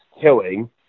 killing